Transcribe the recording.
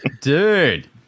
dude